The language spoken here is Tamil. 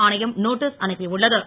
ஆணையம் நோட்டீஸ் அனுப்பியுள்ள து